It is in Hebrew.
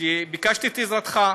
שביקשתי את עזרתך.